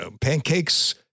pancakes